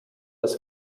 des